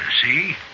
see